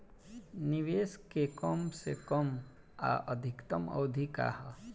निवेश के कम से कम आ अधिकतम अवधि का है?